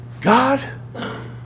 God